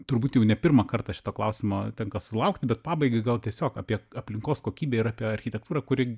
turbūt jau ne pirmą kartą šito klausimo tenka sulaukti bet pabaigai gal tiesiog apie aplinkos kokybę ir apie architektūrą kuri